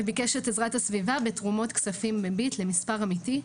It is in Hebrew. וביקש את עזרת הסביבה בתרומות כספים בביט למספר אמיתי.